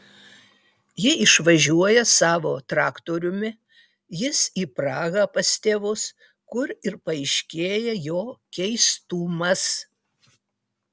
ji išvažiuoja savo traktoriumi jis į prahą pas tėvus kur ir paaiškėja jo keistumas